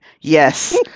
Yes